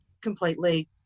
completely